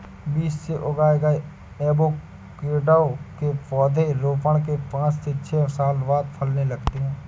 बीज से उगाए गए एवोकैडो के पौधे रोपण के पांच से छह साल बाद फलने लगते हैं